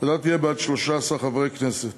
הוועדה תהיה בת 13 חברי כנסת.